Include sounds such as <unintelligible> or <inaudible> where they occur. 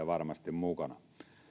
<unintelligible> varmasti mukana